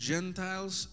Gentiles